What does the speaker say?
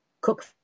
cook